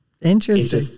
interesting